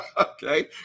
Okay